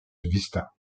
vista